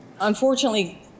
unfortunately